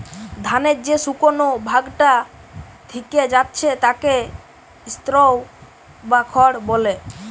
ধানের যে শুকনো ভাগটা থিকে যাচ্ছে তাকে স্ত্রও বা খড় বলে